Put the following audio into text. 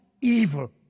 evil